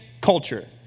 culture